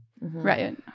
Right